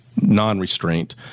Non-restraint